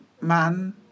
man